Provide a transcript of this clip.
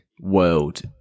world